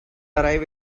arrive